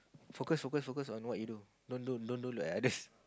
focus focus focus on what you do don't don't don't don't look at others